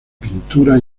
pintura